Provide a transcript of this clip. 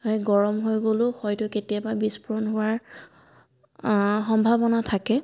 সেই গৰম হৈ গ'লেও হয়তো কেতিয়াবা বিস্ফোৰণ হোৱাৰ সম্ভাৱনা থাকে